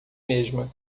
mesma